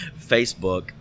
Facebook